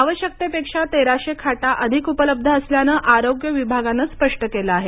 आवश्यकतेपेक्षा तेराशे खाटा अधिक उपलब्ध असल्याचे आरोग्य विभागाने स्पष्ट केले आहे